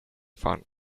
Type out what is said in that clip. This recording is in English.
fun